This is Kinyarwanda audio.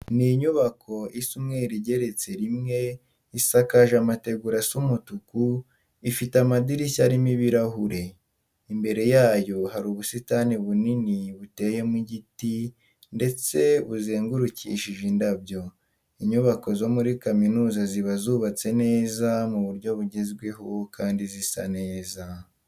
Ni inyubako isa umweru igeretse rimwe, isakaje amategura asa umutuku, ifite amadirishya arimo ibirahure. Imbere yayo hari ubusitani bunini buteyemo igiti ndetse buzengurukishije indabyo. Inyubako zo muri kaminuza ziba zubatse neza mu buryo bugezweho kandi zisa neza.